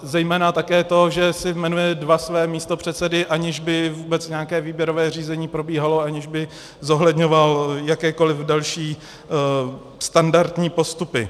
Zejména také to, že si jmenuje dva své místopředsedy, aniž by vůbec nějaké výběrové řízení probíhalo, aniž by zohledňoval jakékoliv další standardní postupy.